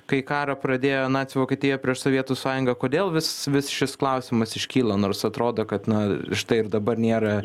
kai karą pradėjo nacių vokietija prieš sovietų sąjungą kodėl vis vis šis klausimas iškyla nors atrodo kad na štai ir dabar nėra